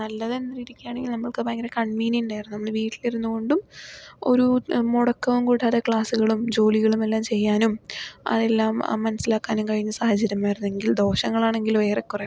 നല്ലതെന്തിരിക്കുകയാണെങ്കിൽ നമ്മൾക്കതു ഭയങ്കര കൺവീനിയൻ്റായിരുന്നു നമ്മൾ വീട്ടിലിരുന്നു കൊണ്ടും ഒരു മുടക്കവും കൂടാതെ ക്ലാസ്സുകളും ജോലികളും എല്ലാം ചെയ്യാനും അതെല്ലാം മനസ്സിലാക്കാനും കഴിയുന്ന സാഹചര്യമായിരുന്നെങ്കിൽ ദോഷങ്ങളാണെങ്കിലും ഏറെക്കുറേ